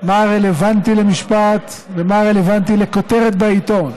מה רלוונטי למשפט ומה רלוונטי לכותרת בעיתון,